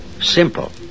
Simple